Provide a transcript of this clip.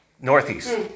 northeast